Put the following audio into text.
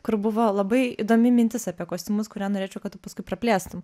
kur buvo labai įdomi mintis apie kostiumus kurią norėčiau kad tu paskui praplėstum